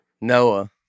Noah